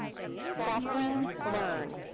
kathryn learn.